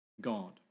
God